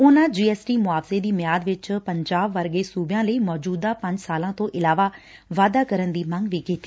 ਉਨੂਾ ਜੀਐਸਟੀ ਮੁਆਵਜੇ ਦੀ ਮਿਆਦ ਵਿੱਚ ਪੰਜਾਬ ਵਰਗੇ ਸੁਬਿਆਂ ਲਈ ਮੌਜੁਦਾ ਪੰਜ ਸਾਲਾਂ ਤੋਂ ਇਲਾਵਾ ਵਾਧਾ ਕਰਨ ਦੀ ਵੀ ਮੰਗ ਕੀਡੀ